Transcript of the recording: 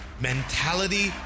Mentality